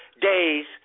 days